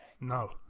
No